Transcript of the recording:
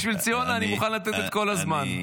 בשביל ציונה אני מוכן לתת את כל הזמן.